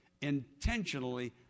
Intentionally